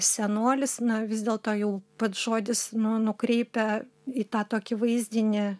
senolis na vis dėlto jau pats žodis nu nukreipia į tą tokį vaizdinį